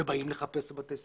ובאים לחפש בבתי ספר.